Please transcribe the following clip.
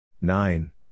Nine